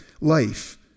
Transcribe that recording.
life